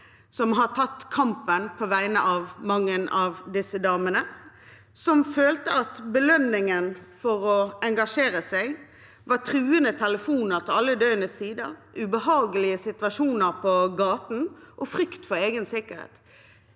som har tatt kampen på vegne av mange av disse damene, og som opplevde at belønningen for å engasjere seg var truende telefoner til alle døgnets tider, ubehagelige situasjoner på gaten og frykt for egen sikkerhet.